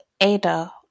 Ada